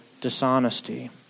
dishonesty